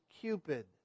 Cupid